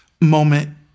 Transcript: moment